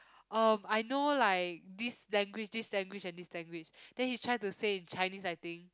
um I know like this language this language and this language then he tried to say in Chinese I think